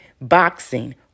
boxing